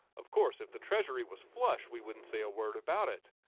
of course, if the treasury was flush we wouldn't say a word about it.